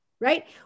right